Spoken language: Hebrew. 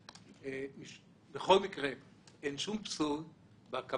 כמנכ"ל רב פעלים זה איננו הגוף הראשון שאתה עומד בראשו האם